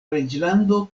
reĝlando